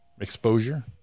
exposure